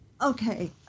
Okay